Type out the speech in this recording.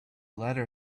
letter